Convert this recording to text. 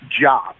job